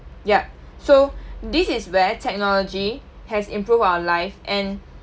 yup so this is where technology has improved our life and